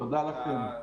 תודה לכם.